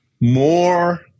more